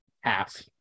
half